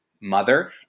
Mother